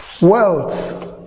Wealth